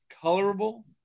colorable